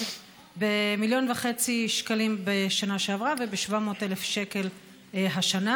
ב-1.5 מיליון שקלים בשנה שעברה וב-700,000 שקלים השנה.